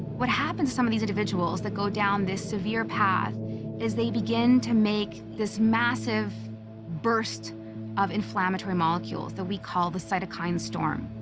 what happens to some of these individuals that go down this severe path is, they begin to make this massive burst of inflammatory molecules that we call the cytokine storm.